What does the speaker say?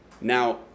Now